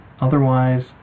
Otherwise